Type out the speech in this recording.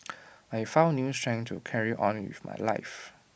I found new strength to carry on with my life